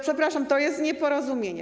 Przepraszam, to jest nieporozumienie.